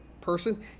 person